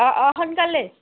অঁ অঁ সোনকালে